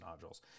nodules